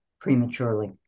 prematurely